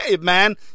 man